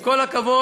עם כל הכבוד,